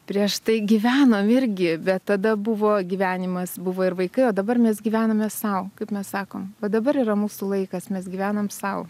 prieš tai gyvenom irgi bet tada buvo gyvenimas buvo ir vaikai o dabar mes gyvename sau kaip mes sakom va dabar yra mūsų laikas mes gyvenam sau